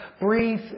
breathe